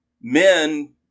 men